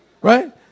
Right